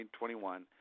2021